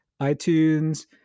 iTunes